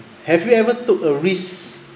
have you ever took a risk